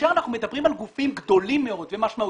כאשר אנחנו מדברים על גופים גדולים מאוד ומשמעותיים.